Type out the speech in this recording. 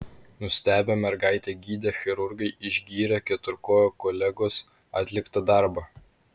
nustebę mergaitę gydę chirurgai išgyrė keturkojo kolegos atliktą darbą